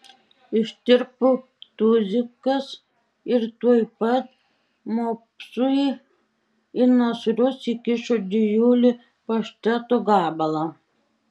ištirpo tuzikas ir tuoj pat mopsui į nasrus įkišo didžiulį pašteto gabalą